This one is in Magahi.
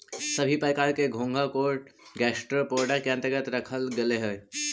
सभी प्रकार के घोंघा को गैस्ट्रोपोडा के अन्तर्गत रखल गेलई हे